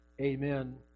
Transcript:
Amen